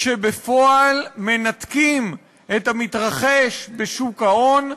שבפועל מנתקים את המתרחש בשוק ההון,